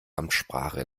amtssprache